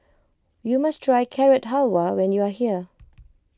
you must try Carrot Halwa when you are here